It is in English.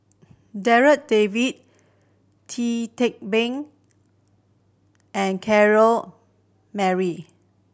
Darryl David Tee Tua Been and Corrinne Mary